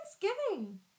Thanksgiving